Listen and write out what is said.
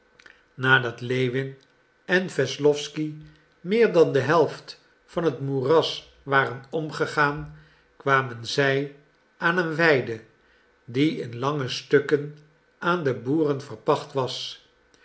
nadat lewin en wesslowsky meer dan de helft van het moeras waren omgegaan kwamen zij aan een weide die in lange stukken aan de boeren verpacht was